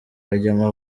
hajyamo